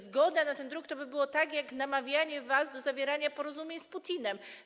Zgoda na ten druk to by było tak, jak namawianie was do zawierania porozumień z Putinem.